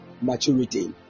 Maturity